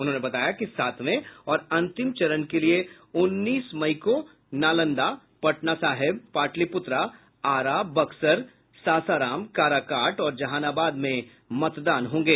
उन्होंने बताया कि सातवें और अंतिम चरण के लिए उन्नीस मई को नालंदा पटना साहिब पाटलिप्त्रा आरा बक्सर सासाराम काराकाट और जहानाबाद में मतदान होंगे